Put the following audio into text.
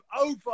over